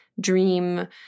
dream